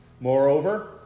Moreover